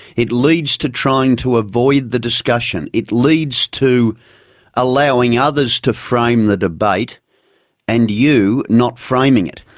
it leads to trying to avoid the discussion, it leads to allowing others to frame the debate and you not framing it.